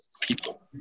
people